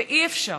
ואי-אפשר,